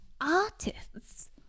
artists